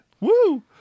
woo